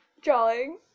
drawing